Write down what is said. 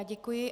Děkuji.